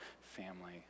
family